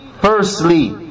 firstly